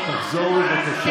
תחזור, בבקשה.